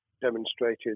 demonstrated